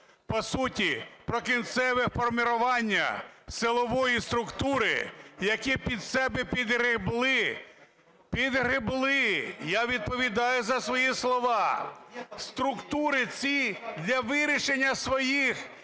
По суті, про кінцеве формирование силової структури, які під себе підгребли, підгребли – я відповідаю за свої слова, структури ці для вирішення своїх